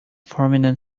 prominent